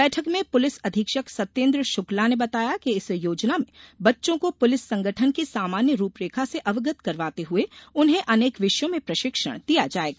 बैठक में पुलिस अधीक्षक सत्येंद्र शुक्ला ने बताया कि इस योजना में बच्चों को पुलिस संगठन की सामान्य रूपरेखा से अवगत करवाते हुए उन्हे अनेक विषयों में प्रशिक्षण दिया जाएगा